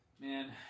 Man